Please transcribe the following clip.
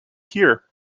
here